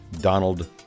Donald